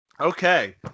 Okay